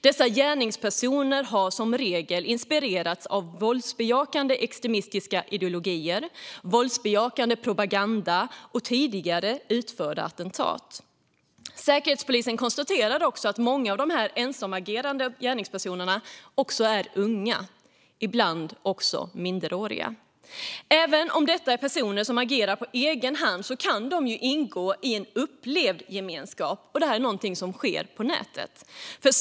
Dessa gärningspersoner har som regel inspirerats av våldsbejakande extremistiska ideologier, våldsbejakande propaganda och tidigare utförda attentat. Säkerhetspolisen konstaterar också att många av dessa ensamagerande gärningspersoner är unga, ibland minderåriga. Även om det är fråga om personer som agerar på egen hand kan de ingå i en upplevd gemenskap, och det är något som sker på nätet.